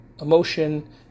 emotion